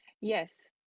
Yes